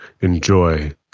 enjoy